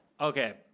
Okay